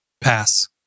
Pass